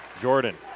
Jordan